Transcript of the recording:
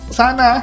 sana